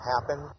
happen